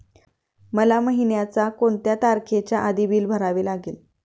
मला महिन्याचा कोणत्या तारखेच्या आधी बिल भरावे लागेल?